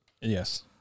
Yes